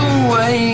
away